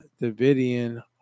davidian